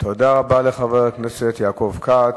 תודה רבה לחבר הכנסת יעקב כץ.